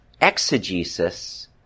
exegesis